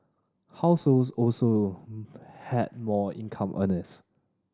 households also had more income earners